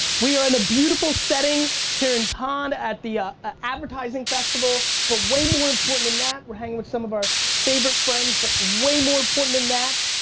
we are in a beautiful setting here in cannes at the ah ah advertising festival but way more important than that we're hanging with some of our favorite friends but way more important than that,